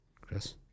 Chris